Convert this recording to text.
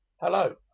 Hello